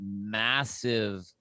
massive